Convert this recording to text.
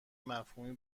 مفهومی